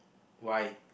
why